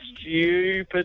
stupid